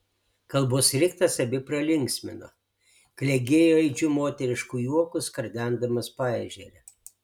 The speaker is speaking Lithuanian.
kalbos riktas abi pralinksmino klegėjo aidžiu moterišku juoku skardendamos paežerę